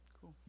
Cool